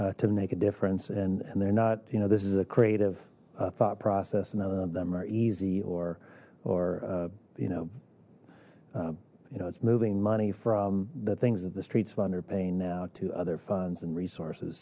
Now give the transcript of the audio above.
to make a difference and and they're not you know this is a creative thought process and none of them are easy or or you know you know it's moving money from the things that the streets fund are paying now to other funds and resources